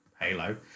Halo